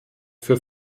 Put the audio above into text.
für